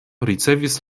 ricevis